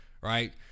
right